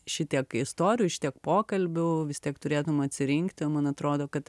šitiek istorijų šitiek pokalbių vis tiek turėtum atsirinkti o man atrodo